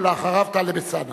ואחריו, טלב אלסאנע.